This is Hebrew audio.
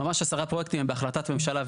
ממש 10 פרויקטים, הם בהחלטת ממשלה.